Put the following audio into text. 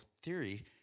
theory